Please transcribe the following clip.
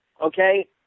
okay